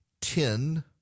ten